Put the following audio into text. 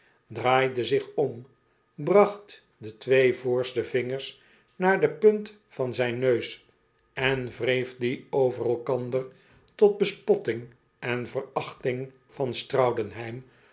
draaide zich om bracht de twee voorste vingers naar de punt van zijn neus en wreef dio over elkander tot bespotting en verachting van